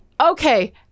Okay